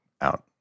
out